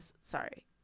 sorry